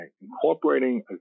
incorporating